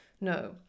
No